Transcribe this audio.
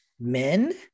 men